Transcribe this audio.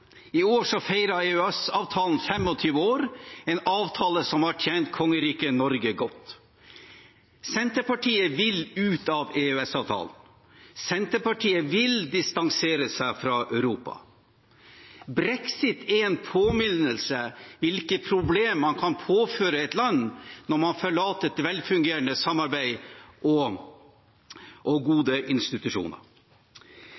I år feirer EØS-avtalen 25 år, en avtale som har tjent Kongeriket Norge godt. Senterpartiet vil ut av EØS-avtalen. Senterpartiet vil distansere seg fra Europa. Brexit er en påminnelse om hvilke problemer man kan påføre et land når man forlater et velfungerende samarbeid og gode institusjoner. Når Senterpartiet vil erstatte EØS-avtalen med en handelsavtale og